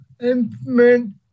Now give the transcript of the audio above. implement